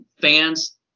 fans